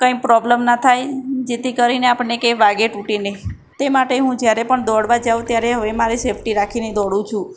કંઇ પ્રોબલમ ના થાય જેથી કરીને આપણને કંઇ વાગે ટૂટે નહીં તે માટે હું જ્યારે પણ દોડવા જાઉં ત્યારે હવે મારે સેફટી રાખીને દોડું છું